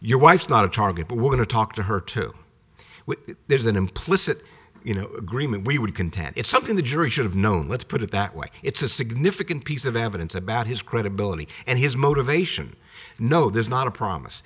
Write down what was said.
your wife's not a target but we're going to talk to her too when there's an implicit you know agreement we would contend it's something the jury should have known let's put it that way it's a significant piece of evidence about his credibility and his motivation no there's not a promise